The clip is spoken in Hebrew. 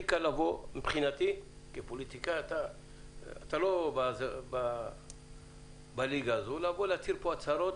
מבחינתי כפוליטיקאי הכי קל להצהיר הצהרות,